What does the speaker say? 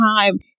time